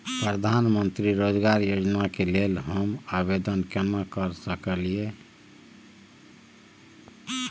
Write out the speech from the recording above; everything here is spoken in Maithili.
प्रधानमंत्री रोजगार योजना के लेल हम आवेदन केना कर सकलियै?